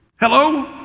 Hello